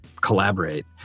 collaborate